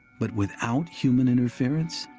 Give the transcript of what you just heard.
but without human interference?